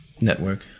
network